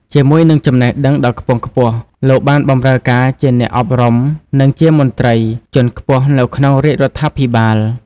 ជាមួយនឹងចំណេះដឹងដ៏ខ្ពង់ខ្ពស់ លោកបានបម្រើការជាអ្នកអប់រំ និងជាមន្ត្រីជាន់ខ្ពស់នៅក្នុងរាជរដ្ឋាភិបាល។